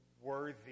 worthy